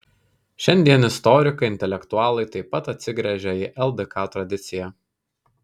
šiandien istorikai intelektualai taip pat atsigręžią į ldk tradiciją